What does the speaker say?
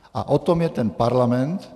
A o tom je ten parlament.